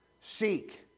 Seek